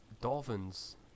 Dolphins